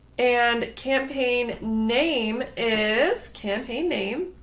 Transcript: and campaign name is campaign name.